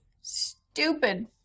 stupid